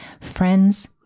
Friends